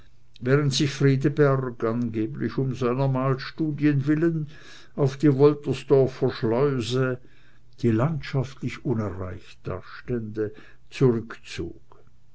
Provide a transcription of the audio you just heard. während sich friedeberg angeblich um seiner malstudien willen auf die woltersdorfer schleuse die landschaftlich unerreicht dastände zurückzog